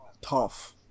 Tough